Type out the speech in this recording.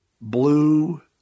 blue